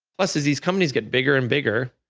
plus as these companies get bigger and bigger,